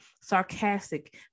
sarcastic